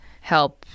help